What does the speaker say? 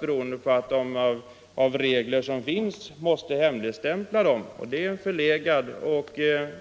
Detta berodde på att militären enligt de regler som gäller måste hemligstämpla sina förslag. Jag tycker att det är helt förlegade och